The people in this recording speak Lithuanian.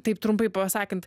taip trumpai pasakant